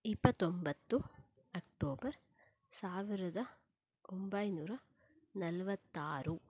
ಇಪ್ಪತ್ತೊಂಬತ್ತು ಅಕ್ಟೋಬರ್ ಸಾವಿರದ ಒಂಬೈನೂರ ನಲವತ್ತಾರು